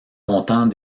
content